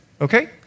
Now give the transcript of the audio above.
okay